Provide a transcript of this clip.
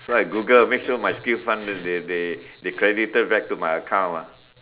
so I Google make sure my skill fund they they they credited back to my account ah